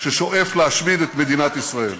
השואף להשמיד את מדינת ישראל.